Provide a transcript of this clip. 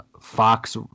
Fox